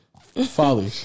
Folly